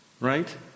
Right